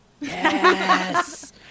Yes